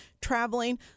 traveling